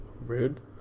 Rude